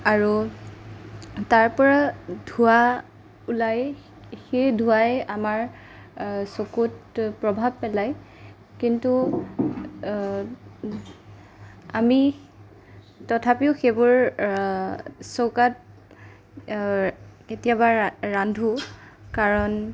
আৰু তাৰ পৰা ধোঁৱা ওলায় সেই ধোঁৱাই আমাৰ চকুত প্ৰভাৱ পেলায় কিন্তু আমি তথাপিও সেইবোৰ চৌকাত কেতিয়াবা ৰান্ধো কাৰণ